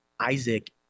Isaac